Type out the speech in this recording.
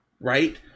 right